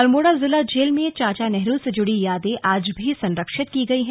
अल्मोड़ा जिला जेल में चाचा नेहरू से जुड़ी यादे आज भी संरक्षित की गयी है